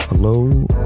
Hello